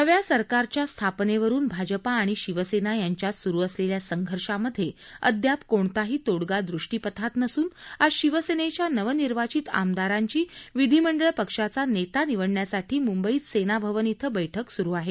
नव्या सरकारच्या स्थापनेवरुन भाजप आणि शिवसेना यांच्यात सुरु असलेल्या संघर्षामध्ये अद्याप कोणताही तोडगा दृष्टीपथात नसून आज शिवसेनेच्या नवनिर्वाचित आमदारांची विधिमंडळ पक्षाचा नेता निवडण्यासाठी मुंबईत सेनाभवन इथं बैठक सुरु आहे